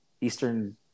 Eastern